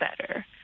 better